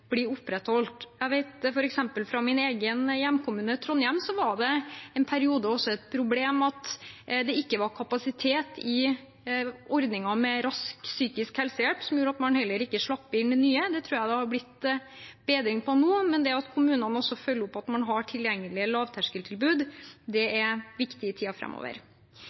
blir opprettholdt. For eksempel i min egen hjemkommune, Trondheim, var det en periode et problem at det ikke var kapasitet i ordningen med rask psykisk helsehjelp, som gjorde at man heller ikke slapp inn nye. Det tror jeg det har blitt bedring på nå, men det at kommunene også følger opp at man har tilgjengelige lavterskeltilbud, er viktig i